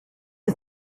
you